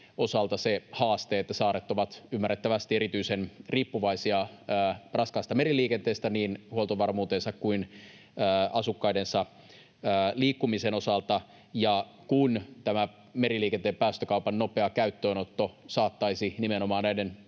osalta se haaste, että saaret ovat ymmärrettävästi erityisen riippuvaisia raskaasta meriliikenteestä niin huoltovarmuutensa kuin asukkaidensa liikkumisen osalta, ja kun tämä meriliikenteen päästökaupan nopea käyttöönotto saattaisi nimenomaan näiden